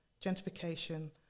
gentrification